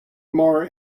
more